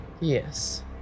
yes